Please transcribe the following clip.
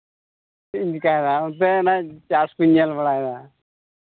ᱪᱮᱫ ᱤᱧ ᱪᱮᱠᱟᱭᱫᱟ ᱚᱱᱛᱮ ᱚᱱᱟ ᱪᱟᱥ ᱠᱩᱧ ᱧᱮᱞ ᱵᱟᱲᱟᱭᱫᱟ